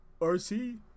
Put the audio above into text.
RC